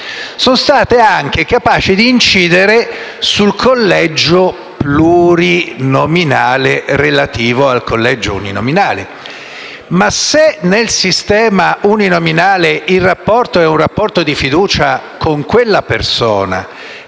uno strascico, capaci di incidere su un collegio plurinominale relativo al collegio uninominale. Se però nel sistema uninominale vi è un rapporto di fiducia con quella persona